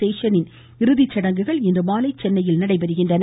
சேஷனின் இறுதிச்சடங்குகள் இன்றுமாலை சென்னையில் நடைபெறுகின்றன